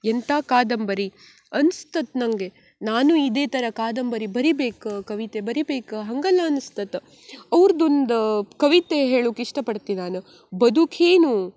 ಎಂಥ ಕಾದಂಬರಿ ಅನ್ಸ್ತತ್ತು ನನಗೆ ನಾನು ಇದೇ ಥರ ಕಾದಂಬರಿ ಬರಿಬೇಕು ಕವಿತೆ ಬರಿಬೇಕು ಹಂಗೆಲ್ಲ ಅನ್ಸ್ತತ್ತು ಅವ್ರ್ದೊಂದು ಕವಿತೆ ಹೇಳುಕ್ಕೆ ಇಷ್ಟಪಡ್ತೆ ನಾನು ಬದುಕೇನು